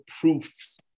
proofs